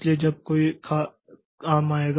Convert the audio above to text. इसलिए जब कोई खास काम आया